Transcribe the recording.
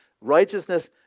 Righteousness